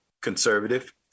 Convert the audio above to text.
conservative